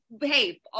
hey